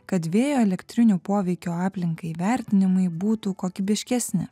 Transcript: kad vėjo elektrinių poveikio aplinkai vertinimai būtų kokybiškesni